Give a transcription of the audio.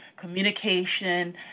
communication